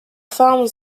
forme